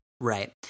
Right